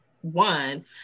one